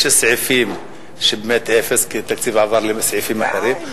יש סעיפים שבאמת יש אפס כי התקציב עבר לסעיפים אחרים.